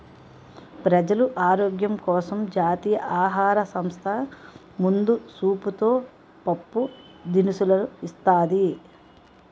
ప్రజలు ఆరోగ్యం కోసం జాతీయ ఆహార సంస్థ ముందు సూపుతో పప్పు దినుసులు ఇస్తాది